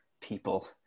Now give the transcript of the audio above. people